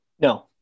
No